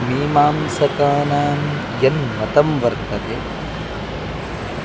मीमांसकानां यन्मतं वर्तते